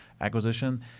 acquisition